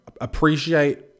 appreciate